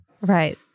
right